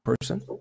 Person